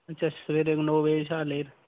अच्छा सबेरे नौ बजे शा लेइयै